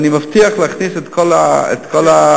ואני מבטיח להכניס את כל האמצעים,